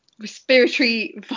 respiratory